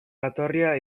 jatorria